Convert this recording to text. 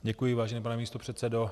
Děkuji, vážený pane místopředsedo.